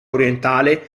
orientale